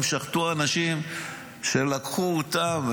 הם שחטו אנשים שלקחו אותם,